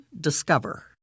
discover